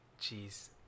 jeez